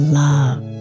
love